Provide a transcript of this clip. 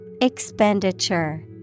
Expenditure